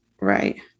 Right